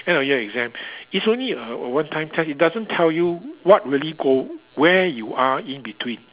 end of year exam it's only uh a one time test it doesn't tell you what really go where you are in between